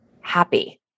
happy